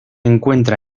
encuentra